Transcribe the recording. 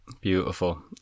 beautiful